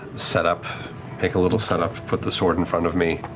set up, make a little setup, put the sword in front of me,